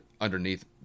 underneath